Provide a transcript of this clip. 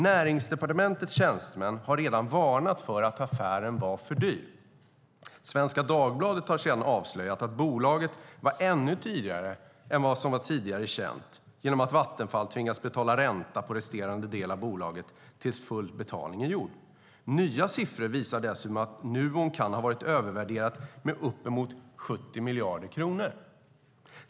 Näringsdepartementets tjänstemän har redan varnat för att affären var för dyr. Svenska Dagbladet har senare avslöjat att bolaget var dyrare än tidigare känt, genom att Vattenfall tvingas betala ränta på resterande del av bolaget tills full betalning är gjord. Nya siffror visar dessutom att Nuon kan ha varit övervärderat med uppemot 70 miljarder kronor.